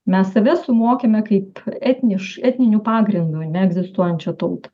mes save suvokiame kaip etniš etniniu pagrindu ane egzistuojančią tautą